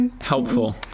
Helpful